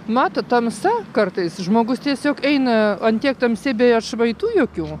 matot tamsa kartais žmogus tiesiog eina ant tiek tamsybėje atšvaitų jokių